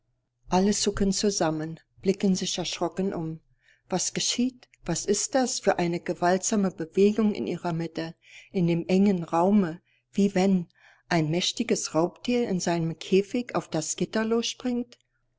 alle zucken zusammen blicken sich erschrocken um was geschieht was ist das für eine gewaltsame bewegung in ihrer mitte in dem engen raume wie wenn ein mächtiges raubtier in seinem käfig auf das gitter losspringt